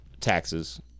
taxes